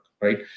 Right